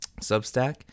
substack